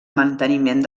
manteniment